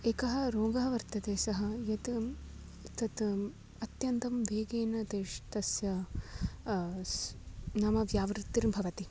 एकः रोगः वर्तते सः यत् तत् अत्यन्तं वेगेन तेषां तस्य अस् नाम व्यावृत्तिर्भवति